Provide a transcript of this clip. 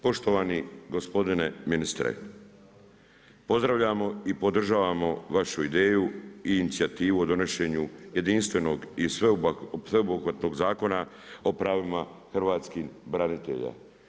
Poštovani gospodine ministre, pozdravljamo i podržavamo vašu ideju i inicijativu o donošenju jedinstvenog i sveobuhvatnog zakona o pravima hrvatskih branitelja.